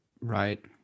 Right